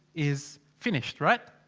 is. finished! right?